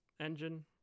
engine